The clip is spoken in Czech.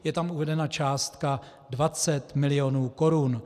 Je tam uvedena částka 20 milionů korun.